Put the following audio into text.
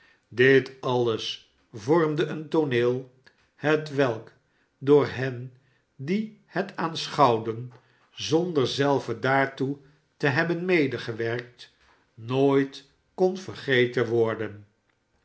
dit alles vormde een tooneel hetwelk door hen die het aanschouwden zonder zelven daartoe te hebben medegewerkt nooit kon vergeten worden